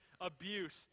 abuse